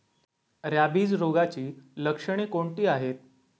Rabies रोगाची लक्षणे कोणती आहेत?